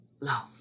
love